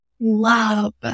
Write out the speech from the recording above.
love